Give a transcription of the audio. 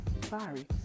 sorry